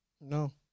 No